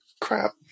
crap